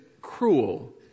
cruel